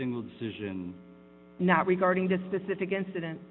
single decision now regarding the specific incident